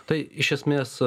tai iš esmės